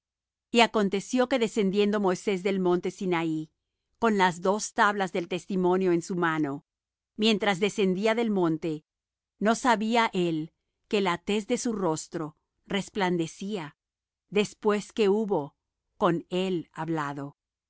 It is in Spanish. y aconteció que descendiendo moisés del monte sinaí con las dos tablas del testimonio en su mano mientras descendía del monte no sabía él que la tez de su rostro resplandecía después que hubo con el hablado